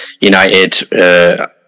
United